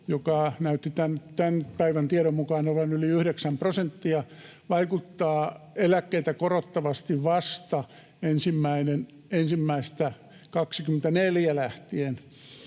joka näytti tämän päivän tiedon mukaan olevan yli yhdeksän prosenttia, vaikuttaa eläkkeitä korottavasti vasta 1.1.2024 lähtien.